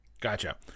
Gotcha